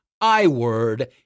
I-word